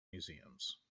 museums